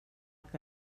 que